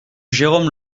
jérome